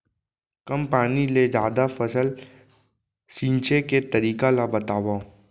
कम पानी ले जादा फसल सींचे के तरीका ला बतावव?